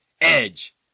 Edge